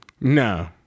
No